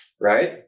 Right